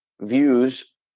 views